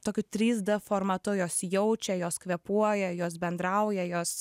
tokiu trys d formatu jos jaučia jos kvėpuoja jos bendrauja jos